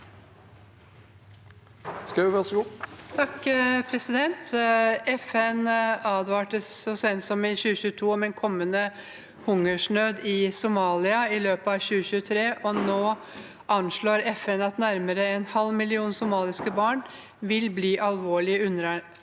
«FN advarte sent i 2022 om en kommende hungersnød i Somalia i løpet av 2023. Nå anslår FN at nærmere en halv million somaliske barn vil bli alvorlig underernærte